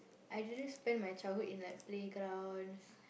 I didn't spend my childhood in like playgrounds